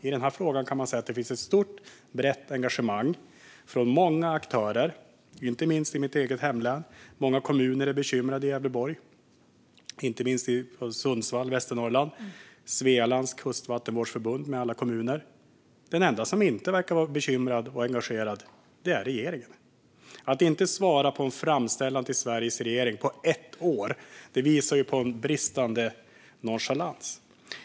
I den här frågan kan man säga att det finns ett stort och brett engagemang från många aktörer, inte minst i mitt eget hemlän Gävleborg där många kommuner är bekymrade. Även runt Sundsvall och i Västernorrland är man bekymrad, liksom Svealands Kustvattenvårdsförbund med alla kommuner. Den enda som inte verkar vara bekymrad och engagerad är regeringen. Att inte svara på en framställan till Sveriges regering på ett år visar på nonchalans.